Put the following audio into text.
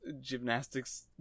gymnastics